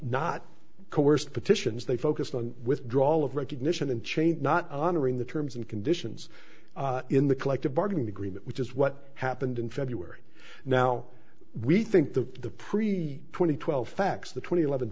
not coerced petitions they focused on withdrawal of recognition and change not honoring the terms and conditions in the collective bargaining agreement which is what happened in february now we think the the pre twenty twelve facts the twenty eleven